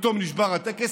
ופתאום נשבר הטקס,